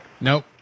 Nope